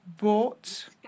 bought